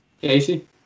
Casey